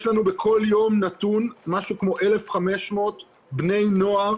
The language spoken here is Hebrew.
יש לנו בכל יום נתון כ-1,500 בני נוער